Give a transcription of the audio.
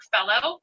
Fellow